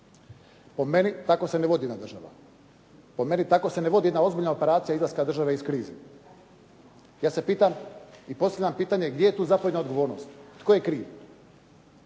Po meni tako se ne vodi jedna država. Po meni tako se ne vodi jedna ozbiljna operacija izlaska države iz krize. Ja se pitam i postavljam pitanje, gdje je tu zapovjedna odgovornost? Tko je kriv?